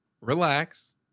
Relax